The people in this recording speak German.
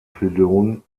pylon